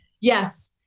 Yes